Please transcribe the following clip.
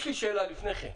יש לי שאלה לפני כן: